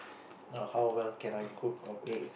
now how well can I cook or bake